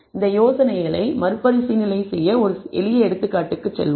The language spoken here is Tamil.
இந்த யோசனைகளை மறுபரிசீலனை செய்ய ஒரு எளிய எடுத்துக்காட்டுக்கு செல்லலாம்